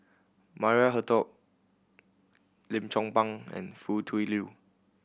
Maria Hertogh Lim Chong Pang and Foo Tui Liew